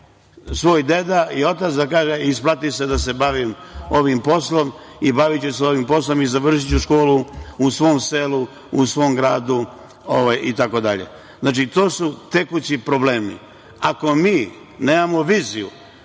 svoj deda i otac da kaže - isplati se da se bavim ovim poslom i baviću se ovim poslom i završiću školu u svom selu, u svom gradu, itd. Znači, to su tekući problemi. Ako mi nemamo viziju